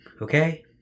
okay